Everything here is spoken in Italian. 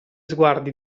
sguardi